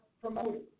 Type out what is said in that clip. promoting